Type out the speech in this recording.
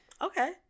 Okay